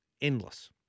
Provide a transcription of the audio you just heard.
endless